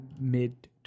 mid